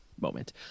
moment